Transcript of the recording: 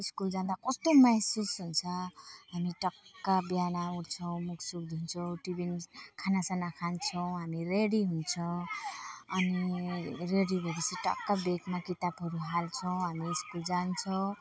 school जाँदा कस्तो महसुस हुन्छ हामी टक्क बिहान उठ्छौँ मुखसुख धुन्छौँ टिफिन खानासाना खान्छौँ हामी रेडी हुन्छौँ अनि रेडी भएपछि टक्क ब्यागमा किताबहरू हाल्छौँ हामी स्कुल जान्छौँ